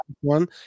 one